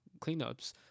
cleanups